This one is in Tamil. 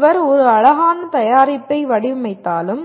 ஒருவர் ஒரு அழகான தயாரிப்பை வடிவமைத்தாலும்